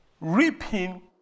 Reaping